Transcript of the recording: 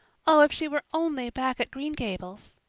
oh, if she were only back at green gables!